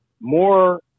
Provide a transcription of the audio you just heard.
more